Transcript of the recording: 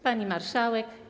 Pani Marszałek!